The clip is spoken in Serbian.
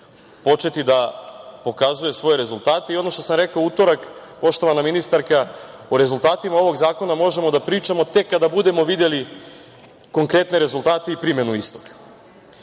početi da pokazuje svoje rezultate. Ono što sam rekao u utorak, poštovana ministarka, o rezultatima ovog zakona možemo da pričamo tek kada budemo videli konkretne rezultate i primenu istog. Ovo